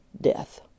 death